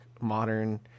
modern